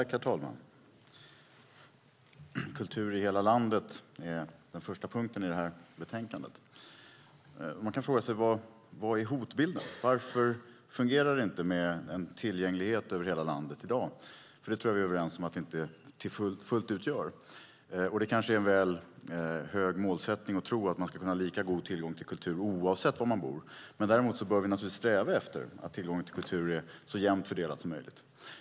Herr talman! Kultur i hela landet är den första punkten i betänkandet. Man kan fråga sig vad hotbilden är. Varför fungerar det inte med tillgänglighet över hela landet i dag? Vi är överens om att det inte fullt ut fungerar. Det är kanske en väl hög målsättning att tro att vi ska ha lika god tillgång till kultur oavsett var vi bor. Däremot bör vi sträva efter att tillgången till kultur är så jämnt fördelad som möjligt.